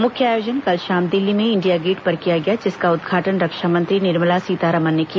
मुख्य आयोजन कल शाम दिल्ली में इंडिया गेट पर किया गया जिसका उद्घाटन रक्षा मंत्री निर्मला सीतारामन ने किया